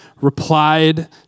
replied